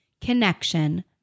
connection